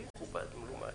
כל צו, מכבדים אותו.